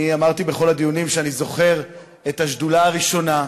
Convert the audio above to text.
אני אמרתי בכל הדיונים שאני זוכר את השדולה הראשונה,